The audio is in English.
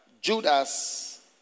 Judas